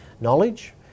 knowledge